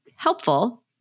Helpful